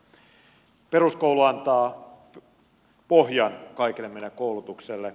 peruskoulu antaa pohjan kaikelle meidän koulutukselle